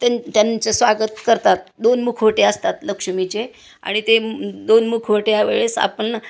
त्यां त्यांचं स्वागत करतात दोन मुखवटे असतात लक्ष्मीचे आणि ते दोन मुखवट्या वेळेस आपण